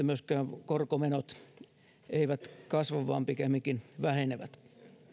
myöskään korkomenot eivät kasva vaan pikemminkin vähenevät